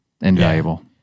Invaluable